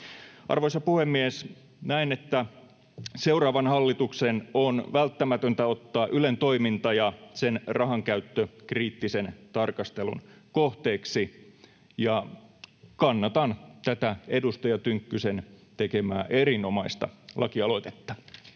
Arvoisa puhemies! Näen, että seuraavan hallituksen on välttämätöntä ottaa Ylen toiminta ja sen rahankäyttö kriittisen tarkastelun kohteeksi. Kannatan tätä edustaja Tynkkysen tekemää erinomaista lakialoitetta.